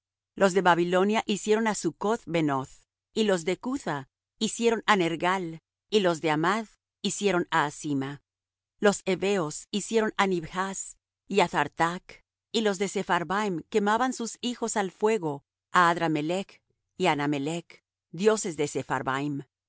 los de babilonia hicieron á succoth benoth y los de cutha hicieron á nergal y los de hamath hicieron á asima los heveos hicieron á nibhaz y á tharthac y los de sepharvaim quemaban sus hijos al fuego á adra melech y á anamelech dioses de